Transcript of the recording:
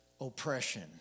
oppression